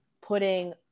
putting